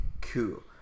Cool